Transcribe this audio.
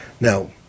Now